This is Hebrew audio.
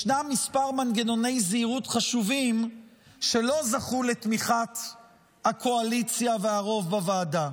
ישנם כמה מנגנוני זהירות חשובים שלא זכו לתמיכת הקואליציה והרוב בוועדה.